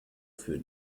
für